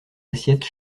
assiettes